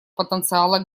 потенциала